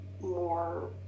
more